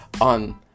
on